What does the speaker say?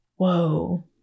Whoa